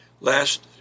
Last